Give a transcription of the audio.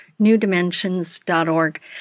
newdimensions.org